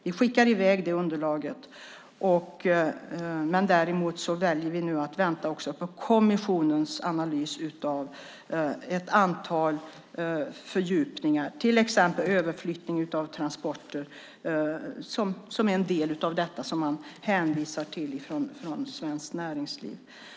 Vi skickar iväg det underlaget, men däremot väljer vi att vänta på kommissionens analys av ett antal fördjupningar, till exempel överflyttning av transporter. Det är en del av det man hänvisar till från svenskt näringsliv.